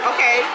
Okay